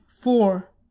four